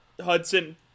Hudson